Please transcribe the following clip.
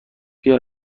بیا